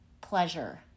pleasure